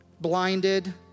blinded